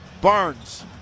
Barnes